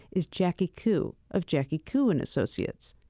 is jackie koo of jackie koo and associates.